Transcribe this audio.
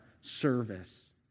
service